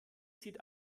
sieht